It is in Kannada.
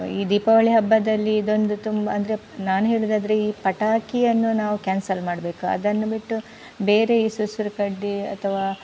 ಈ ದೀಪಾವಳಿ ಹಬ್ಬದಲ್ಲಿ ಇದೊಂದು ತುಂಬ ಅಂದರೆ ನಾನು ಹೇಳುದಾದರೆ ಈ ಪಟಾಕಿಯನ್ನು ನಾವು ಕ್ಯಾನ್ಸಲ್ ಮಾಡಬೇಕು ಅದನ್ನು ಬಿಟ್ಟು ಬೇರೆ ಈ ಸುರು ಸುರು ಕಡ್ಡಿ ಅಥವಾ